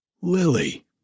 Lily